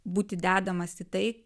būti dedamas į tai